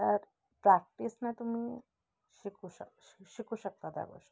तर प्रॅक्टिसनं तुम्ही शिकू शक श श शिकू शकता त्या गोष्टी